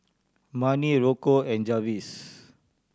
Marni Rocco and Jarvis